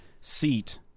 seat